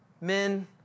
men